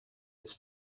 its